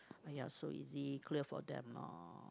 !aiya! so easy clear for them lor